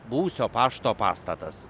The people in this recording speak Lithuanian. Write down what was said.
buvusio pašto pastatas